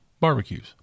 barbecues